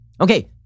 Okay